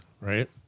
right